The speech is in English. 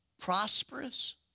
prosperous